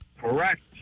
Correct